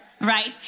right